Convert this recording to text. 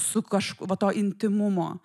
su kažk va to intymumo